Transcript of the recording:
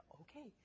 okay